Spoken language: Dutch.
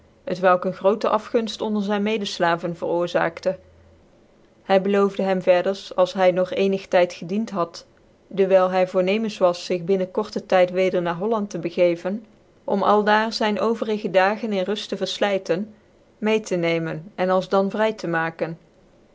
welk een groote afgunft onder zyn mcdcflavcn veroorzaakte hy beloofde hem verders als hy noch ccnigc tyd gedient had devyl hy voornemens was zig binnen korten tyd weder na holland te begeven om aldaar zyn overige dagen in ruft te verflyten mede te nemen en als dan vry te maken